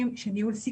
אם הוא יעבור כלשונו,